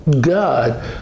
God